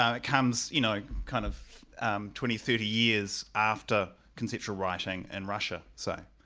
um it comes, you know kind of twenty thirty years after conceptual writing and russia so.